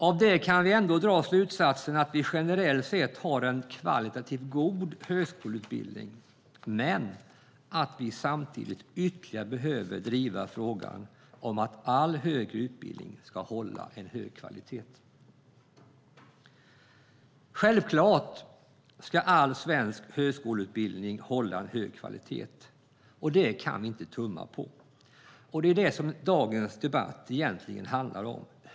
Av detta kan vi ändå dra slutsatsen att vi generellt sett har en kvalitativt god högskoleutbildning men att vi samtidigt ytterligare behöver driva frågan om att all högre utbildning ska hålla en hög kvalitet. Självklart ska all svensk högskoleutbildning hålla en hög kvalitet. Det kan vi inte tumma på, och det är egentligen det dagens debatt handlar om.